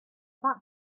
that